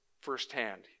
firsthand